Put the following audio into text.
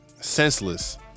senseless